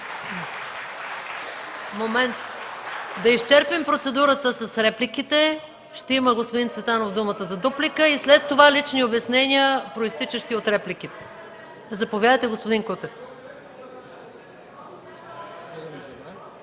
Първо да изчерпим процедурата с репликите, господин Цветанов ще има думата за дуплика и след това – лични обяснения, произтичащи от репликите. Заповядайте, господин Кутев.